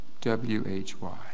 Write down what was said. W-H-Y